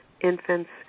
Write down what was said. infants